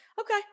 okay